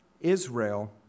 Israel